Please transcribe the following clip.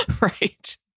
Right